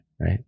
right